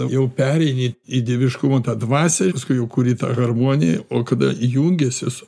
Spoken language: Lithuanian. jau pereini į dieviškumo tą dvasią paskui jau kuri tą harmoniją o kada jungiesi su